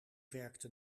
werkte